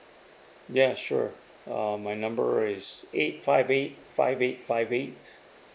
ya sure uh my number is eight five eight five eight five eight